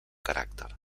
caràcter